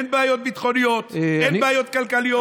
אין בעיות ביטחוניות, אין בעיות כלכליות.